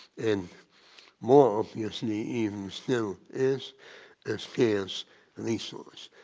and more obviously even still, is a scarce resource.